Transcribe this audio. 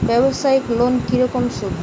ব্যবসায়িক লোনে কি রকম সুদ?